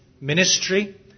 ministry